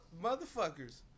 motherfuckers